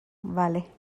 vale